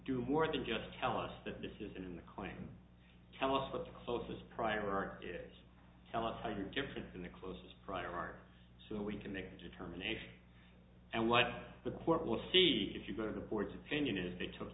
do more than just tell us that this isn't the claim tell us what the closest prior art is tell us how you are different from the closest prior art so we can make a determination and what the court will see if you go to the board's opinion if they took